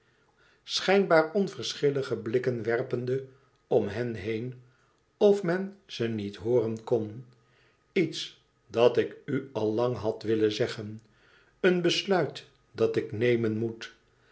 schijnbaar onverschillige blikken werpende om hen heen of men ze niet hooren kon iets dat ik u al lang had willen zeggen een besluit dat ik nemen moet